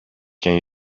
can